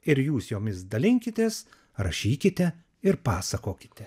ir jūs jomis dalinkitės rašykite ir pasakokite